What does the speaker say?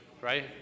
right